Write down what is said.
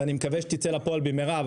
ואני מקווה שתצא לפועל במהרה.